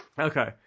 Okay